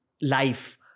life